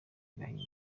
agahinda